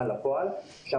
גם